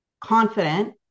confident